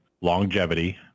longevity